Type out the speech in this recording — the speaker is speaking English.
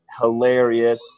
hilarious